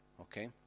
Okay